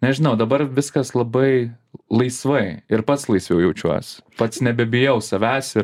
nežinau dabar viskas labai laisvai ir pats laisviau jaučiuos pats nebebijau savęs ir